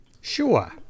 Sure